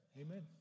Amen